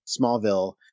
Smallville